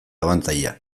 abantaila